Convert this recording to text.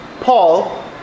Paul